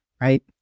right